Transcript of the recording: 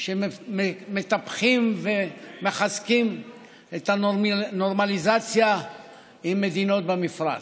שמטפחים ומחזקים את הנורמליזציה עם מדינות במפרץ.